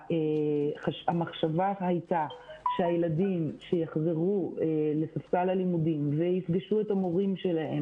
המחשבה הייתה שהילדים שיחזרו לספסל הלימודים ויפגשו את המורים שלהם